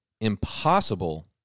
impossible